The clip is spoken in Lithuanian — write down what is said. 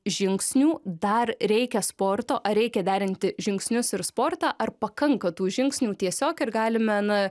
žingsnių dar reikia sporto ar reikia derinti žingsnius ir sportą ar pakanka tų žingsnių tiesiog ir galime na